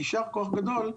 יישר כוח גדול.